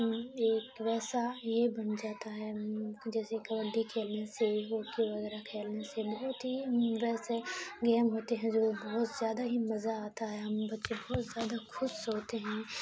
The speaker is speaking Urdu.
ایک ویسا یہ بن جاتا ہے جیسے کبڈی کھیلنے سے ہاکی وغیرہ کھیلنے سے بہت ہی ویسے گیم ہوتے ہیں جو بہت زیادہ ہی مزہ آتا ہے ہم بچے بہت زیادہ خوش ہوتے ہیں